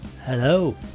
Hello